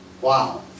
Wow